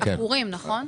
עקורים, נכון?